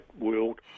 world